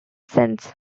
since